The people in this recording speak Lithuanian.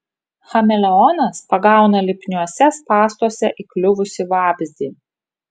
chameleonas pagauna lipniuose spąstuose įkliuvusį vabzdį